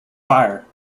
fire